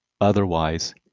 Otherwise